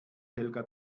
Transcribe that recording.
helga